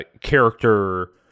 character